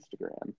Instagram